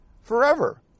forever